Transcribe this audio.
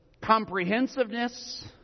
comprehensiveness